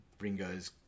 Ringo's